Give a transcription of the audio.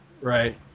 Right